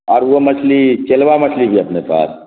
اور وہ مچھلی چیلوا مچھلی بھی ہے اپنے پاس